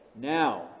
now